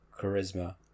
charisma